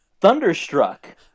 Thunderstruck